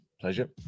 pleasure